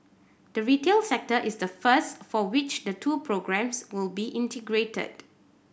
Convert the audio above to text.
the retail sector is the first for which the two programmes will be integrated